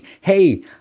hey